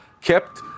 kept